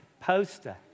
poster